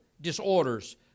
disorders